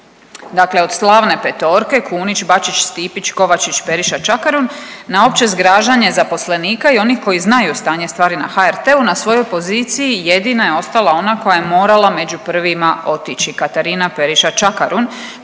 Dakle, od slavne petorke Kunić, Bačić, Stipić, Kovačić, Periša Čakarun na opće zgražanje zaposlenika i onih koji znaju stanje stvari na HRT-u na svojoj poziciji jedino je ostala ona koja je morala među prvima otići Katarina Periša Čakarun